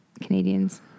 Canadians